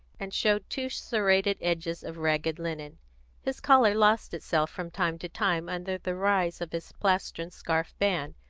and showed two serrated edges of ragged linen his collar lost itself from time to time under the rise of his plastron scarf band,